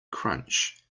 crunch